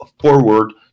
forward